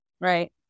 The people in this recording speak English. Right